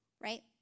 right